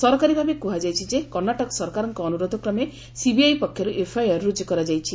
ସରକାରୀ ଭାବେ କୁହାଯାଇଛି ଯେ କର୍ଣ୍ଣାଟକ ସରକାରୀ ଅନୁରୋଧ କ୍ରମେ ସିବିଆଇ ପକ୍ଷରୁ ଏଫଆଇଆର ରୁଜୁ କରାଯାଇଛି